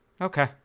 Okay